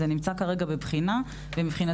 זה נמצא כרגע בבחינה ומבחינתנו